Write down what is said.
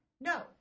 no